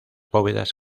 bóvedas